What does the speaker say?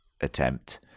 attempt